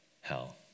hell